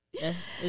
Yes